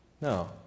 No